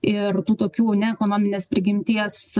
ir tų tokių ne ekonominės prigimties